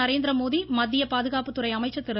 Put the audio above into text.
நரேந்திரமோடி மத்திய பாதுகாப்புத்துறை அமைச்சர் திரு